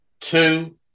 two